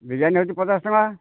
ବିରିୟାନି ହେଉଛି ପଚାଶ ଟଙ୍କା